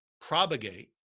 propagate